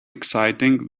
exciting